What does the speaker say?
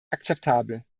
akzeptabel